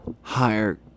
higher